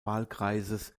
wahlkreises